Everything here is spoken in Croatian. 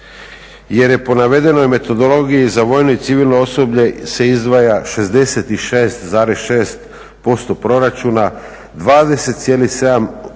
jer je po navedenoj metodologiji za vojno i civilno osoblje se izdvaja 66,6% proračuna, 207%